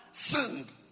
sinned